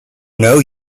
know